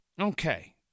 Okay